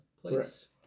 place